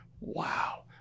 Wow